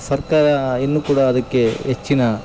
ಸರ್ಕಾರ ಇನ್ನು ಕೂಡ ಅದಕ್ಕೆ ಹೆಚ್ಚಿನ